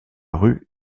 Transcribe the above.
rue